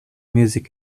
music